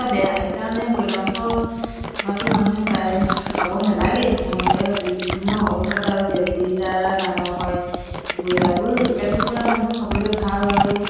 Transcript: চিলাই কৰিছিলে ঊল গাঠিছিলে এম্ব্ৰইডাৰী কৰিছিলে এইবিলাক গাৰু বনাইছিলে আচলতে মাহঁতৰ পৰা মই